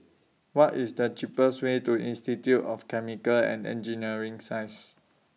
What IS The cheapest Way to Institute of Chemical and Engineering Sciences